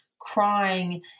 crying